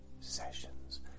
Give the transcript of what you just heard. sessions